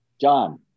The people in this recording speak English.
John